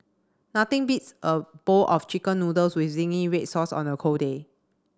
nothing beats a bowl of chicken noodles with zingy red sauce on a cold day